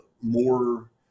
more